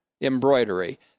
embroidery